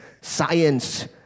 science